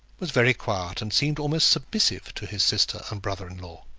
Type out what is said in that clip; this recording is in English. was very quiet, and seemed almost submissive to his sister and brother-in-law.